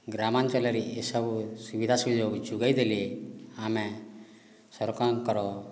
ଗ୍ରାମାଞ୍ଚଳରେ ଏସବୁ ସୁବିଧା ସୁଯୋଗ ଯୋଗାଇଦେଲେ ଆମେ ସରକାରଙ୍କର